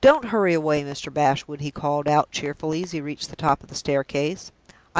don't hurry away, mr bashwood, he called out, cheerfully, as he reached the top of the staircase.